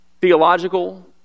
theological